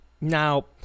Now